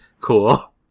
cool